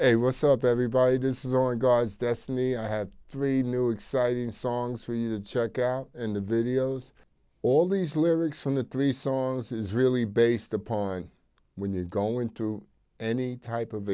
hey what's up everybody this is on god's destiny i had three new exciting songs for you to check out and the videos all these lyrics from the three songs is really based upon when you go into any type of